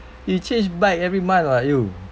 you change bike every month [what] you